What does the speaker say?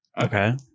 Okay